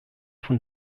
von